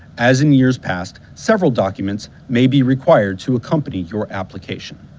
as in years past, several documents may be required to accompany your application.